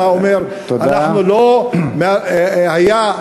אנחנו לא מה שהיה,